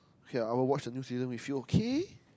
okay I will watch the new season with you okay